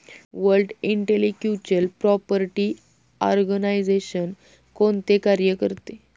World intellectual property organisation कोणते कार्य करते?